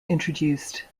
introduced